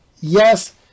Yes